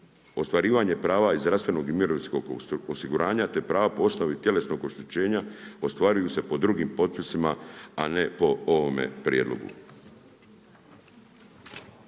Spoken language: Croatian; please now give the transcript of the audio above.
Ostvarivanje prava iz zdravstvenog i mirovinskog osiguranja te prava po osnovi tjelesnog oštećenja ostvaruju se pod drugim potpisima, a ne po ovome prijedlogu.